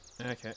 Okay